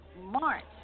March